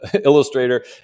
illustrator